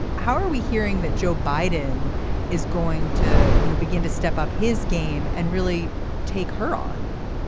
how are we hearing that joe biden is going to you know begin to step up his game and really take her on